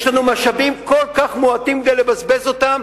יש לנו משאבים כל כך מועטים כדי לבזבז אותם?